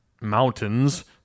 Mountains